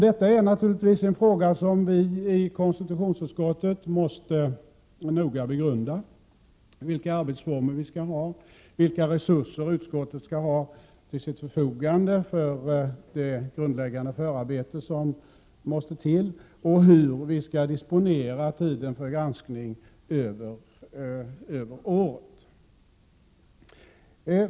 Detta är naturligtvis frågor vi i konstitutionsutskottet måste noga begrunda: vilka arbetsformer vi skall ha, vilka resurser utskottet skall ha till sitt förfogande för det grundläggande förarbete som måste till och hur vi skall disponera tiden för granskning över året.